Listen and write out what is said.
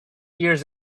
years